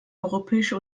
europäische